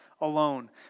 alone